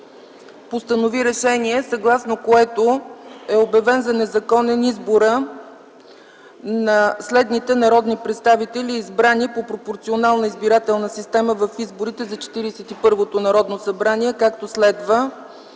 постанови решение, съгласно което е обявен за незаконен изборът на следните народни представители, избрани по пропорционалната избирателна система в изборите за Четиридесет и първото Народно събрание, както следва: